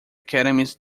academies